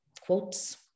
quotes